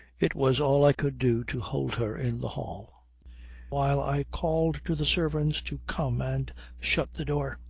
it was all i could do to hold her in the hall while i called to the servants to come and shut the door.